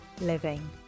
living